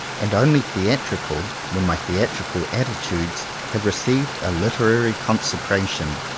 and only theatrical when my theatrical atti tudes have received a literary consecration.